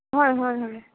হয় হয় হয়